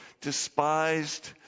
despised